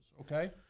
okay